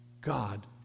God